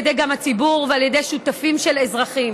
ידי הציבור ועל ידי שותפים של אזרחים.